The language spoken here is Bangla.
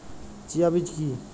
চিয়া বীজ কী?